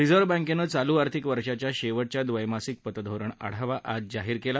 reserve बँकेनं चालू आर्थिक वर्षाच्या शेव िया द्वतासिक पतधोरण आढावा आज जाहीर केला